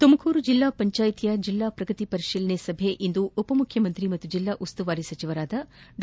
ತುಮಕೂರು ಜಿಲ್ಲಾ ಪಂಚಾಯಿತಿಯ ಜಿಲ್ಲಾ ಪ್ರಗತಿ ಪರಿಶೀಲನಾ ಸಭೆಯು ಇಂದು ಉಪಮುಖ್ಯಮಂತ್ರಿ ಹಾಗೂ ಜೆಲ್ಲಾ ಉಸ್ತುವಾರಿ ಸಚಿವರೂ ಆದ ಡಾ